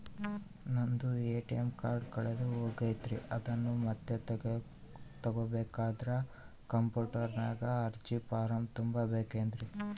ನಂದು ATM card ಕಳೆದು ಹೋಗೈತ್ರಿ ಅದನ್ನು ಮತ್ತೆ ತಗೋಬೇಕಾದರೆ ಕಂಪ್ಯೂಟರ್ ನಾಗ ಅರ್ಜಿ ಫಾರಂ ತುಂಬಬೇಕನ್ರಿ?